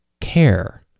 care